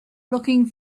looking